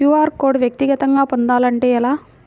QR code వ్యక్తిగతంగా పొందాలంటే ఎలా?